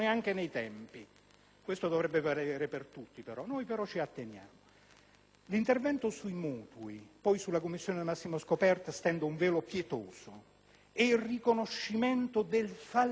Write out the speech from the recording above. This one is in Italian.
Questo dovrebbe valere per tutti; noi però ci atteniamo. L'intervento sui mutui (sulla commissione sul massimo scoperto stendo un velo pietoso) è il riconoscimento del fallimento,